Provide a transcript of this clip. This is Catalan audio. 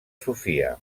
sofia